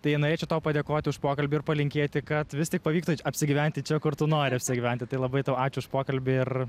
tai norėčiau tau padėkoti už pokalbį ir palinkėti kad vis tik pavyktų apsigyventi čia kur tu nori apsigyventi tai labai tau ačiū už pokalbį ir